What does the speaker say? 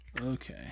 Okay